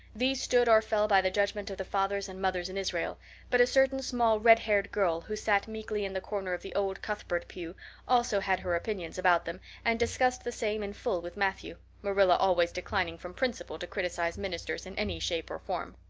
these stood or fell by the judgment of the fathers and mothers in israel but a certain small, red-haired girl who sat meekly in the corner of the old cuthbert pew also had her opinions about them and discussed the same in full with matthew, marilla always declining from principle to criticize ministers in any shape or form.